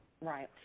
Right